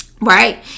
Right